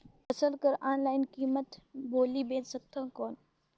फसल कर ऑनलाइन कीमत बोली बेच सकथव कौन?